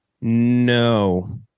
no